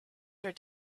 their